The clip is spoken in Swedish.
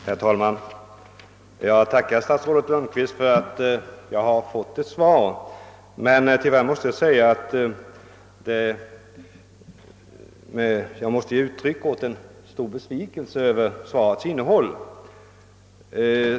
Herr talman! Jag tackar statsrådet Lundkvist för att jag har fått ett svar, men tyvärr måste jag ge uttryck åt en stor besvikelse över svarets innehåll.